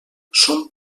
són